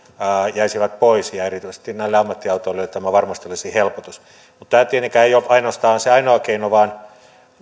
jäisivät pois ja erityisesti näille ammattiautoilijoille tämä varmasti olisi helpotus mutta tämä tietenkään ei ole se ainoa keino vaan